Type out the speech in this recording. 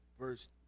Verse